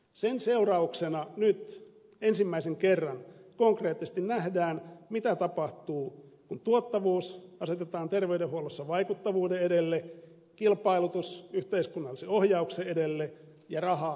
sen seurauksena nyt ensimmäisen kerran konkreettisesti nähdään mitä tapahtuu kun tuottavuus asetetaan terveydenhuollossa vaikuttavuuden edelle kilpailutus yhteiskunnallisen ohjauksen edelle ja raha terveyden edelle